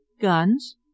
Guns